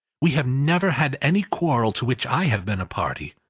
we have never had any quarrel, to which i have been a party.